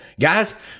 guys